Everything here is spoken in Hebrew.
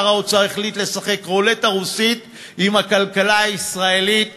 שר האוצר החליט לשחק רולטה רוסית עם הכלכלה הישראלית